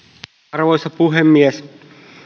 arvoisa puhemies